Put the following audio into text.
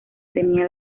tenía